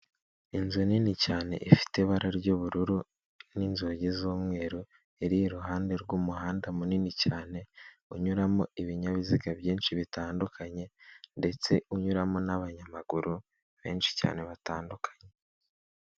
Inzu nini cyane ifite ibara ry'ubururu n'inzugi z'umweru, iri iruhande rw'umuhanda munini cyane unyuramo ibinyabiziga byinshi bitandukanye ndetse unyuramo n'abanyamaguru benshi cyane batandukanye.